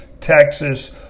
Texas